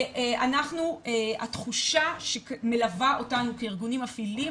ואנחנו בתחושה שמלווה אותנו כארגונים מפעילים,